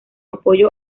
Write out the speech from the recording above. apoyo